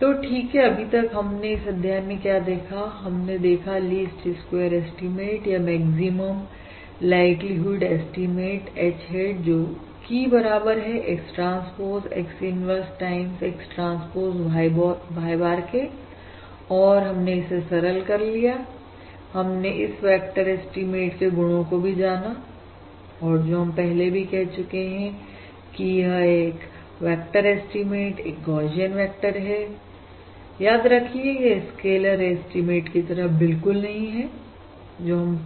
तो ठीक है अभी तक हमने इस अध्याय में क्या देखा हमने देखा लीस्ट स्क्वेयर एस्टीमेट या maximum likelihood estimate H hat जोकि बराबर है X transpose X inverse times X transpose Y bar के और हमने इसे सरल कर लिया हमने इस वेक्टर एस्टीमेट के गुणों को भी जाना और जो हम पहले भी कह चुके हैं कि यह वेक्टर एस्टीमेट एक गौशियन वेक्टर है याद रखिए यह स्केलर एस्टीमेट की तरह बिल्कुल नहीं है जो हम